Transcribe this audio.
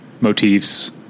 motifs